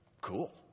Cool